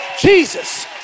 Jesus